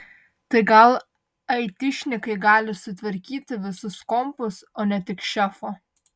tai gal aitišnikai gali sutvarkyti visus kompus o ne tik šefo